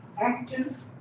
active